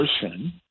person –